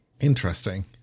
interesting